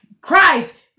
Christ